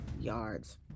yards